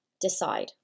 decide